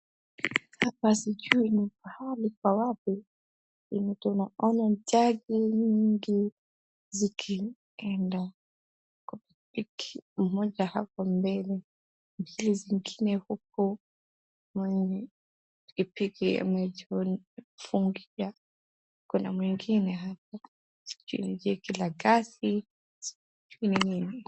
Hapa sijui ni pahali pa wapi. Nini tu naona jagi nyingi zikienda. Kupitia moja hapo mbele. Mbili zingine huko, kwenye pikipiki imejifungia. Kuna mwingine hapa. Sijui ni jegi la gasi. Sijui ni nini.